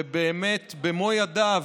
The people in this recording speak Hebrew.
ובאמת, במו ידיו